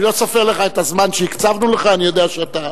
אני לא סופר לך את הזמן שהקצבנו לך, אני יודע שאתה